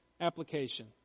application